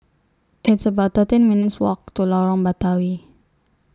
It's about thirteen minutes' Walk to Lorong Batawi